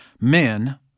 Men